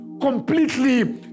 completely